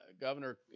Governor